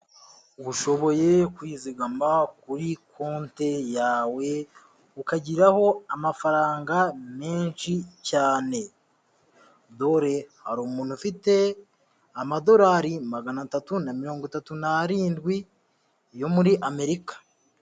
Ushoboye kwizigama kuri konti yawe ukagiraho amafaranga menshi cyane, dore hari umuntu ufite amadorari magana atatu na mirongo itatu n'arindwi yo muri Amerika.